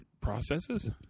processes